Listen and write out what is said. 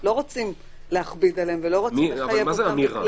שלא רוצים להכביד עליהם --- מה זה האמירה?